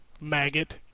Maggot